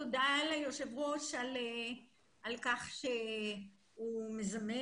תודה ליושב ראש על כך שהוא מזמן